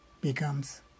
becomes